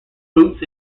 boots